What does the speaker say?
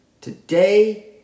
Today